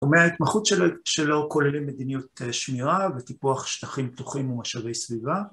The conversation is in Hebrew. ומההתמחות שלו כוללים מדיניות שמירה וטיפוח שטחים פתוחים ומשאבי סביבה.